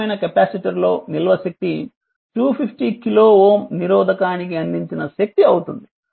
సమానమైన కెపాసిటర్ లో నిల్వ శక్తి 250 KΩ నిరోధకానికి అందించిన శక్తి అవుతుంది